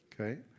Okay